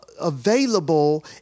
available